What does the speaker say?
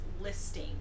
listing